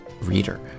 reader